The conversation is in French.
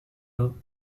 vingts